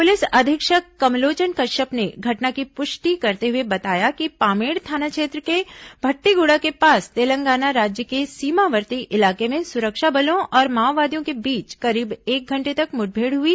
police अधीक्षक कमलोचन कश्यप ने घटना की पुष्टि करते हुए बताया कि पामेड़ थाना क्षेत्र के भट्टीगुड़ा के पास तेलगाना राज्य के सीमावर्ती इलाके में सुरक्षा बलों और माओवादियों के बीच करीब एक घंटे तक मुठभेड हुई